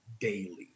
daily